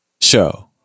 Show